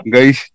Guys